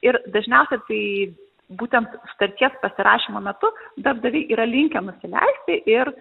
ir dažniausiai tai būtent sutarties pasirašymo metu darbdaviai yra linkę nusileisti ir